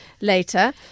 later